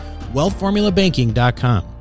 WealthFormulaBanking.com